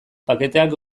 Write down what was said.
paketeak